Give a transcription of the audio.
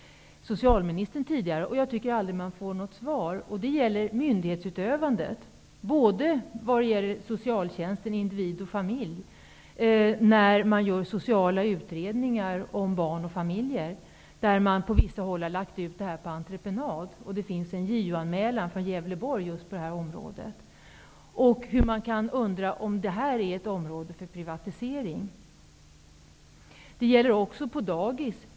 Det gäller myndighetsutövandet vad gäller socialtjänsten när det görs sociala utredningar om barn och familjer. I vissa fall har detta lagts ut på entreprenad. Det har gjorts en JO-anmälan i Gävleborg just beträffande detta. Man undrar om detta är ett område som skall privatiseras. Jag har haft uppe denna frågan med socialministern tidigare, men jag får aldrig något svar. Detta gäller också på dagis.